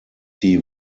die